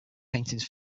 paintings